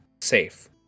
safe